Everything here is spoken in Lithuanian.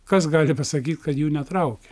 kas gali pasakyt kad jų netraukia